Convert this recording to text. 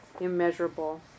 immeasurable